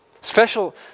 special